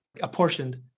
apportioned